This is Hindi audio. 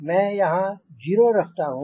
मैं यहाँ 0 रखता हूंँ